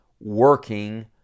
working